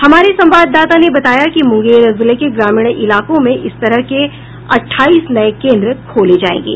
हमारे संवाददाता ने बताया कि मुंगेर जिले के ग्रामीण इलाकों में इस तरह के अठाईस नये केन्द्र खोले जायेंगे